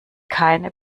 keine